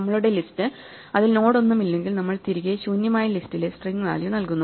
നമ്മളുടെ ലിസ്റ്റ് അതിൽ നോഡ് ഒന്നും ഇല്ലെങ്കിൽ നമ്മൾ തിരികെ ശൂന്യമായ ലിസ്റ്റിലെ സ്ട്രിംഗ് വാല്യൂ നൽകുന്നു